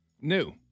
New